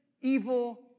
evil